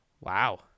Wow